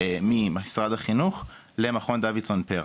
ממשרד החינוך למכון דוידסון פר"ח,